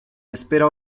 espera